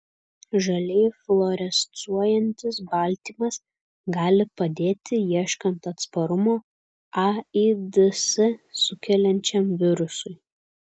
žaliai fluorescuojantis baltymas gali padėti ieškant atsparumo aids sukeliančiam virusui